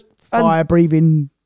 Fire-breathing